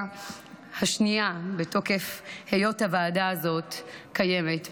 השנייה מתוקף היות הוועדה הזאת קיימת.